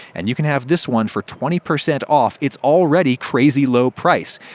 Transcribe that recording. and you can have this one for twenty percent off its already crazy-low price.